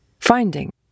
finding